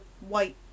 white